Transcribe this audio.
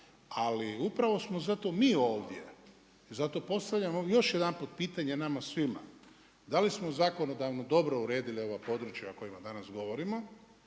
ali upravo smo zato mi ovdje. I zato postavljamo još jedanput pitanje nama svima da li smo zakonodavno dobro uredili ova područja o kojima danas govorimo,